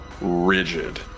rigid